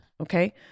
okay